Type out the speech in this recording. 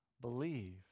believe